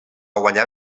guanyar